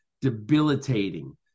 debilitating